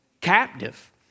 captive